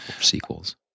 Sequels